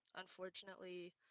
unfortunately